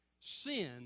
Sin